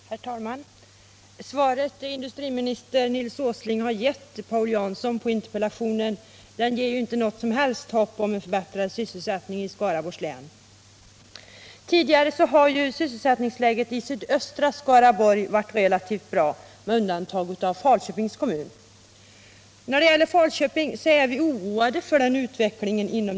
Herr talman! Det svar som industriminister Nils Åsling lämnat på Paul Janssons interpellation ger ju inte något som helst hopp om en förbättrad sysselsättning i Skaraborgs län. Tidigare har sysselsättningsläget i sydöstra Skaraborgs län varit relativt bra, med undantag för Falköpings kommun. Och när det gäller Falköpings kommun är vi oroade för utvecklingen.